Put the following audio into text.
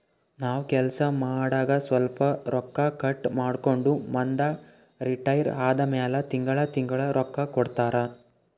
ನಾವ್ ಕೆಲ್ಸಾ ಮಾಡಾಗ ಸ್ವಲ್ಪ ರೊಕ್ಕಾ ಕಟ್ ಮಾಡ್ಕೊಂಡು ಮುಂದ ರಿಟೈರ್ ಆದಮ್ಯಾಲ ತಿಂಗಳಾ ತಿಂಗಳಾ ರೊಕ್ಕಾ ಕೊಡ್ತಾರ